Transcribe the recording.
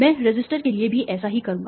मैं रेसिस्टर के लिए भी ऐसा ही करूँगा